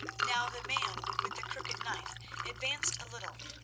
now the man with the crooked knife advanced a little,